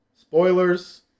Spoilers